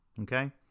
okay